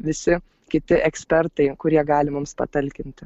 visi kiti ekspertai kurie gali mums patalkinti